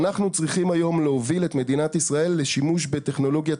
ואנחנו צריכים היום להוביל את מדינת ישראל לשימוש בטכנולוגיית